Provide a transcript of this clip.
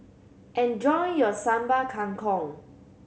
enjoy your Sambal Kangkong